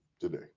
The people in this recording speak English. today